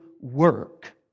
work